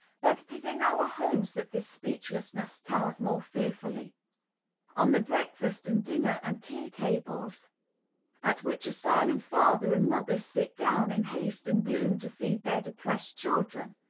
but it is in our homes that this speechlessness tells most fearfully on the breakfast and dinner and tea-tables, at which a silent father and mother sit down in haste and gloom to feed their depressed children.